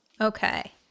Okay